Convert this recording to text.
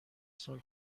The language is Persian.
سال